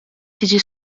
tiġi